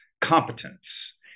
competence